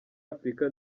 afurika